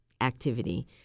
activity